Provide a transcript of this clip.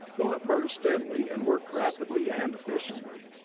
though it burned steadily, and worked rapidly and efficiently.